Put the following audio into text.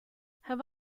have